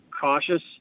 cautious